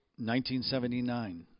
1979